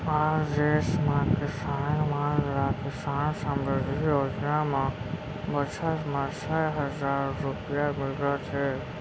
आज देस म किसान मन ल किसान समृद्धि योजना म बछर म छै हजार रूपिया मिलत हे